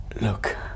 Look